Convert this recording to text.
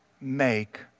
make